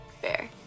fair